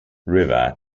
river